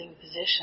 position